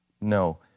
No